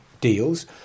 deals